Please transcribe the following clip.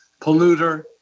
polluter